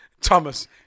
Thomas